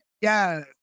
Yes